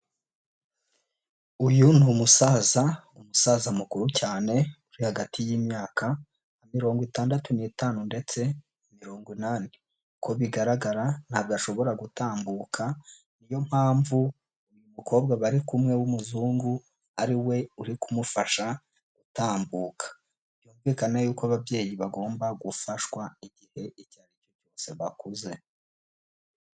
Uyu ni umusaza, umusaza mukuru cyane uri hagati y'imyaka mirongo itandatu n'itanu ndetse na mirongo inani. Uko bigaragara ntabwo ashobora gutambuka, niyo mpamvu umukobwa bari kumwe w'umuzungu ari we uri kumufasha gutambuka. Byumvikana y'uko ababyeyi bagomba gufashwa igihe icyo ari cyo cyose bakuze.